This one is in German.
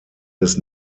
des